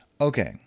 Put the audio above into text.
Okay